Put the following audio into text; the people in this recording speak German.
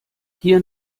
hier